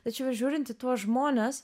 tačiau žiūrint į tuos žmones